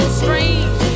strange